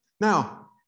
Now